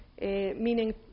meaning